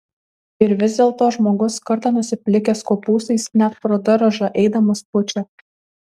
ir vis dėlto žmogus kartą nusiplikęs kopūstais net pro daržą eidamas pučia